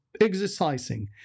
exercising